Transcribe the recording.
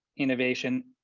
innovation.